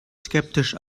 skeptisch